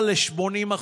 לעצמאים.